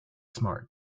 smart